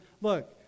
look